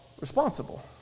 responsible